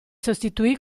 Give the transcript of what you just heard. sostituì